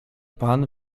pan